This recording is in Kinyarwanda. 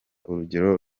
urugero